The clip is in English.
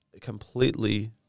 completely